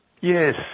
Yes